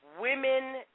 women